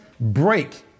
break